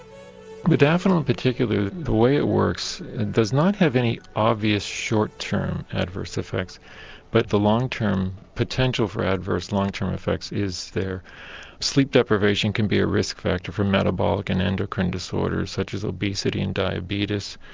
modafinil in particular, the way it works, it does not have any obvious short-term adverse effects but the long-term potential for adverse long-term effects is there sleep deprivation can be a risk factor for metabolic and endocrine disorders such as obesity and diabetes.